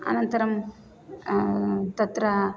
अनन्तरं तत्र